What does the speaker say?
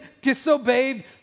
disobeyed